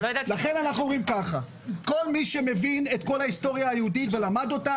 לכן אנחנו אומרים ככה: כל מי שמבין את כל ההיסטוריה היהודית ולמד אותה,